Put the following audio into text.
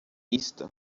easter